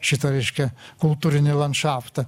šitą reiškia kultūrinį landšaftą